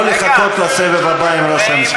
לא לחכות לסבב הבא עם ראש הממשלה.